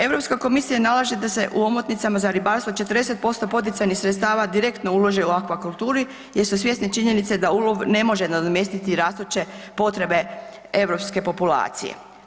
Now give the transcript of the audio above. Europska komisija nalaže da se u omotnicama za ribarstvo 40% poticajnih sredstava direktno ulaže u akvakulturi jer su svjesni činjenice da ulov ne može nadomjestiti rastuće potrebe europske populacije.